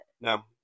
No